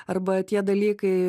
arba tie dalykai